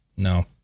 No